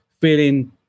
feeling